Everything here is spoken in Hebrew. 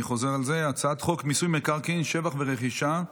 אני חוזר על זה: הצעת חוק מיסוי מקרקעין (שבח ורכישה)